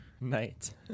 Night